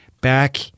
back